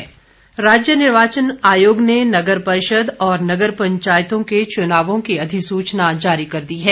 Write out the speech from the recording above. स्थानीय निकाय चुनाव राज्य निर्वाचन आयोग ने नगर परिषद और नगर पंचायतों के चुनावों की अधिसूचना जारी कर दी है